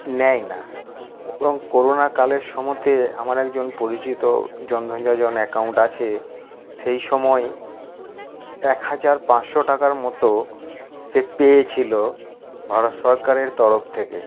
নেয় না এবং কোরোনা কালের সময়তে আমার একজন পরিচিত জনধন যোজন অ্যাকাউন্ট আছে সেই সময়ে এক হাজার পাঁচশো টাকার মতো সে পেয়েছিলো ভারত সরকারের তরফ থেকে